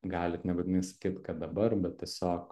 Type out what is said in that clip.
galit nebūtinai sakyt kad dabar bet tiesiog